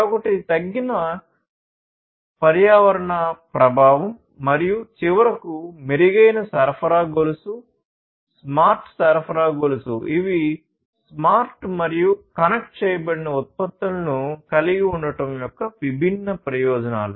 మరొకటి తగ్గిన పర్యావరణ ప్రభావం మరియు చివరకు మెరుగైన సరఫరా గొలుసు స్మార్ట్ సరఫరా గొలుసు ఇవి స్మార్ట్ మరియు కనెక్ట్ చేయబడిన ఉత్పత్తులను కలిగి ఉండటం యొక్క విభిన్న ప్రయోజనాలు